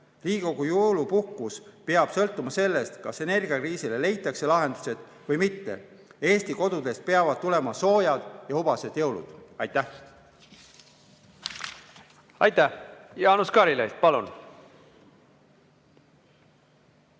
Riigikogu jõulupuhkus peab sõltuma sellest, kas energiakriisile leitakse lahendused või mitte. Eesti kodudes peavad tulema soojad ja hubased jõulud. Aitäh! Kolm minutit lisaaega.